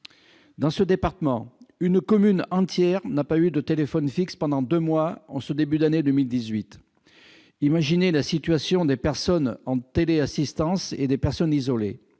Dans ce département, une commune entière n'a pas eu de téléphone fixe pendant deux mois en ce début d'année 2018. Imaginez la situation des personnes en téléassistance et des personnes isolées